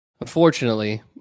unfortunately